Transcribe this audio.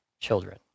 children